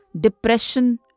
depression